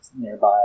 nearby